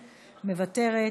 מוותרת,